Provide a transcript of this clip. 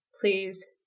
please